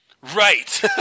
Right